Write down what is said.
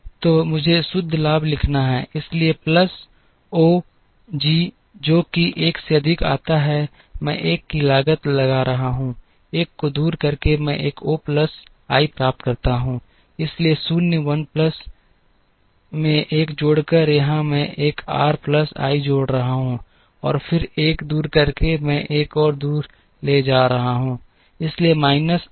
तो मुझे शुद्ध लाभ लिखना है इसलिए प्लस ओ जो कि 1 से अधिक आता है मैं 1 की लागत लगा रहा हूं 1 को दूर करके मैं एक ओ प्लस i प्राप्त करता हूं इसलिए शून्य 1 प्लस मैं 1 जोड़कर यहाँ मैं एक r प्लस i जोड़ रहा हूँ और फिर 1 दूर करके मैं एक आर दूर ले जा रहा हूं इसलिए माइनस आर